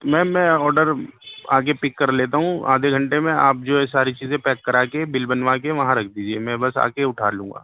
میم میں آڈر آ کے پک کر لیتا ہوں آدھے گھنٹے میں آپ جو ہے ساری چیزیں پیک کرا کے بل بنوا کے وہاں رکھ دیجیے میں بس آ کے اٹھا لوں گا